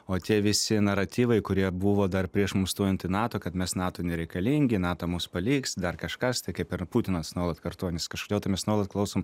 o tie visi naratyvai kurie buvo dar prieš mums stojant į nato kad mes nato nereikalingi nato mus paliks dar kažkas tai kaip ir putinas nuolat kartoja kažkodėl tai mes nuolat klausom